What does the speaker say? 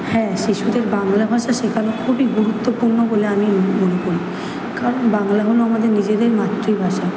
হ্যাঁ শিশুদের বাংলা ভাষা শেখানো খুবই গুরুত্বপূর্ণ বলে আমি মনে করি কারণ বাংলা হলো আমাদের নিজেদের মাতৃভাষা